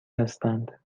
هستند